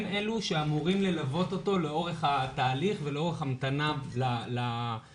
הם אלה שאמורים ללוות אותו לאורך התהליך ולאורך ההמתנה למעון.